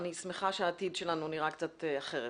אני שמחה שהעתיד שלנו נראה קצת אחרת.